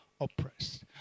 oppressed